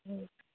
হুম